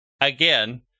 Again